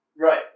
Right